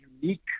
unique